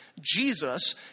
Jesus